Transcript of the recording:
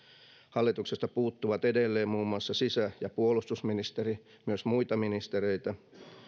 hallituksesta puuttuvat edelleen muun muassa sisä ja puolustusministeri myös muita ministereitä